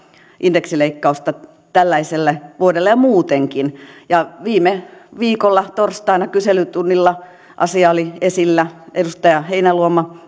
indeksileikkausta tällaiselle vuodelle ja muutenkin viime viikolla torstaina kyselytunnilla asia oli esillä edustaja heinäluoma